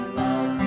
love